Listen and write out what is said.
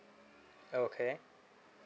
okay